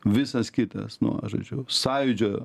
visas kitas nu žodžiu sąjūdžio